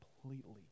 completely